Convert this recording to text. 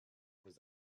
was